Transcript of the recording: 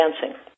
dancing